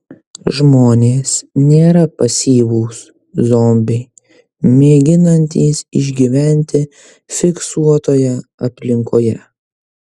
žmonės nėra pasyvūs zombiai mėginantys išgyventi fiksuotoje aplinkoje